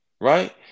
right